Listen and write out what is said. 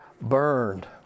burned